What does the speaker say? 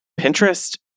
Pinterest